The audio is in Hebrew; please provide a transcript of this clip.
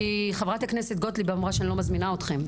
כי חברת הכנסת גוטליב אמרה שאני לא מזמינה אתכם,